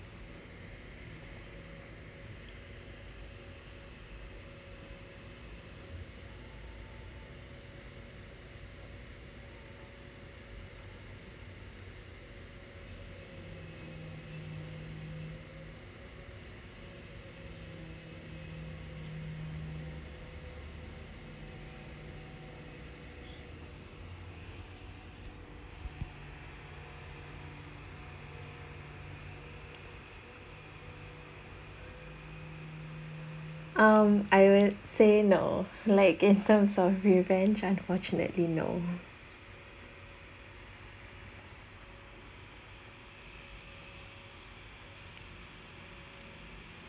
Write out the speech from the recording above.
um I would say no in terms of revenge unfortunately no